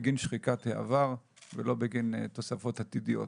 בגין שחיקת העבר ולא בגין תוספות עתידיות.